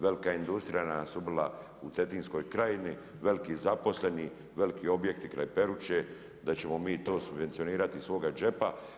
Velika industrija nas ubila u Cetinskoj krajini, veliki zaposleni, veliki objekti kraj Peruče, da ćemo mi to subvencionirati iz svoga džepa.